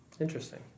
Interesting